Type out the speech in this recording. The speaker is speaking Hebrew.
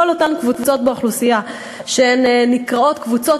כל אותן קבוצות באוכלוסייה שנקראות קבוצות